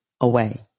away